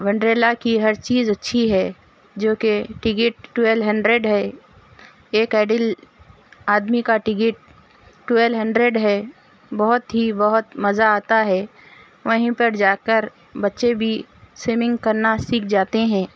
ونڈریلا کی ہر چیز اچّّھی ہے جو کہ ٹکٹ ٹویلو ہنڈریڈ ہے ایک اڈلٹ آدمی کا ٹکٹ ٹویلو ہنڈریڈ ہے بہت ہی بہت مزہ آتا ہے وہیں پر جا کر بّچے بھی سوئمنگ کرنا سیکھ جاتے ہیں